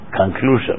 conclusion